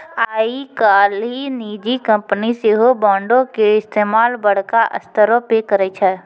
आइ काल्हि निजी कंपनी सेहो बांडो के इस्तेमाल बड़का स्तरो पे करै छै